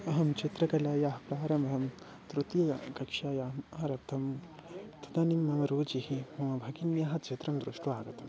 अहं चित्रकलायाः प्रारम्भं तृतीयकक्षायाम् आरब्धं तदानीं मम रुचिः मम भगिन्याः चित्रं दृष्ट्वा आगतं